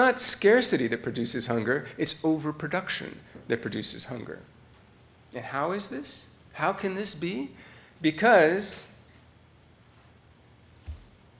not scarcity that produces hunger it's overproduction that produces hunger how is this how can this be because